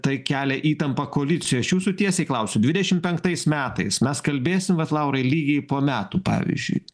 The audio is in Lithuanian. tai kelia įtampą koalicijoj aš jūsų tiesiai klausiu dvidešim penktais metais mes kalbėsim vat laurai lygiai po metų pavyzdžiui